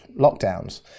lockdowns